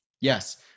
Yes